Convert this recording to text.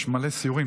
יש מלא סיורים.